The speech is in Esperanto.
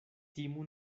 timu